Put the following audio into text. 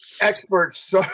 experts